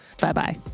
Bye-bye